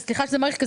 וסליחה שאני מאריכה,